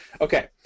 Okay